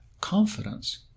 confidence